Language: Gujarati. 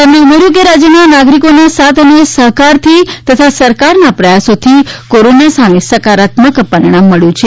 તેમણે ઉમેર્યું હતું કે રાજ્યના નાગરિકોના સાથ અને સહકારથી તથા સરકારના પ્રયાસોથી કોરોના સામે સકારત્મક પરીણામ મબ્યું છે